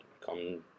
come